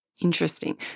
Interesting